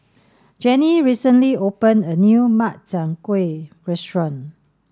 Jenni recently open a new Makchang Gui restaurant